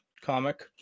comic